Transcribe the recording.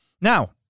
Now